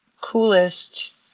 coolest